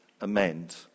Amend